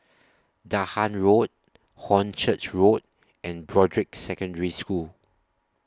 Dahan Road Hornchurch Road and Broadrick Secondary School